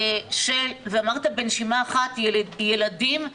ואמרת בנשימה אחת ילדים,